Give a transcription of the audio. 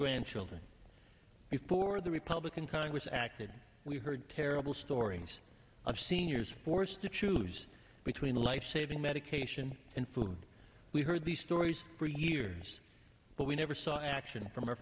grandchildren before the republican congress acted we heard terrible stories of seniors forced to choose between life saving medication and food we heard these stories for years but we never saw action from our